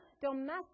domestic